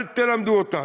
אל תלמדו אותנו.